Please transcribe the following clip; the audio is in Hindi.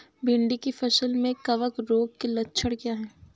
भिंडी की फसल में कवक रोग के लक्षण क्या है?